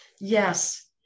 Yes